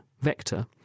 vector